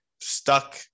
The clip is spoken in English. stuck